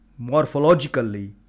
morphologically